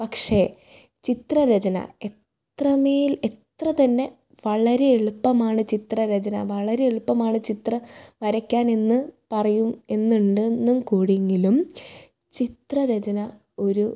പക്ഷേ ചിത്ര രചന എത്രമേൽ എത്രതന്നെ വളരെ എളുപ്പമാണ് ചിത്രരചന വളരെ എളുപ്പമാണ് ചിത്ര വരയ്ക്കാനെന്ന് പറയും എന്നുണ്ടെന്ന് കൂടിങ്ങിലും ചിത്ര രചന ഒരു